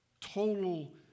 total